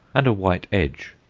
and a white edge.